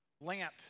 lamp